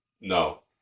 No